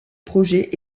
projet